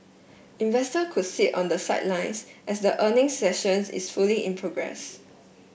investor could sit on the sidelines as the earning sessions is fully in progress